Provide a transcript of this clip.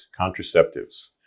contraceptives